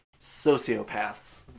sociopaths